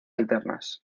alternas